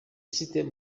system